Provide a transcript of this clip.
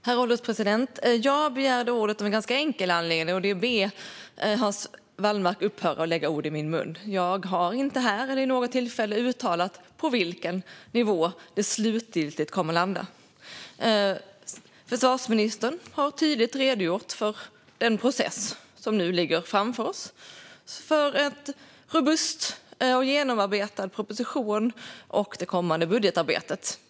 Herr ålderspresident! Jag begärde ordet av en ganska enkel anledning, nämligen för att be Hans Wallmark upphöra att lägga ord i min mun. Jag har inte här eller vid något tillfälle uttalat på vilken nivå det slutgiltigt kommer att landa. Försvarsministern har tydligt redogjort för den process som nu ligger framför oss för att få en robust och genomarbetad proposition och sedan i det kommande budgetarbetet.